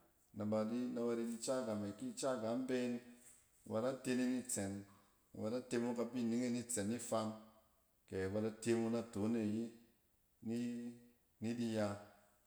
Na ba di-na ba ret ica gam e, ki ica gam been na ba da te ne ni tsɛn, nɛ ba da te me kabi ning e ni tsɛn nifam kɛ ba da te mone natton e ayi ni-ni di ya.